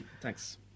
Thanks